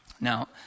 Now